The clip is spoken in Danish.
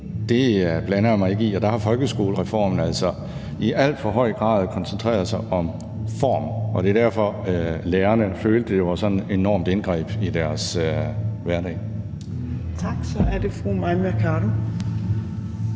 det, blander jeg mig ikke i, og der har folkeskolereformen altså i al for høj grad koncentreret sig om form. Det er derfor, at lærerne følte, at det var sådan et enormt indgreb i deres hverdag. Kl. 15:04 Fjerde